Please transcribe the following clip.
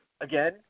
again